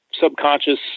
subconscious